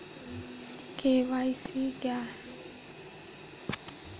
KYC क्या है?